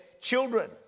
children